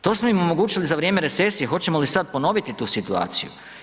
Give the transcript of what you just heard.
To smo im omogućili za vrijeme recesije, hoćemo li sad ponoviti tu situaciju.